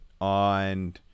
on